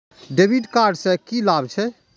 डेविट कार्ड से की लाभ छै?